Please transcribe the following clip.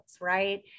right